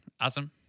Awesome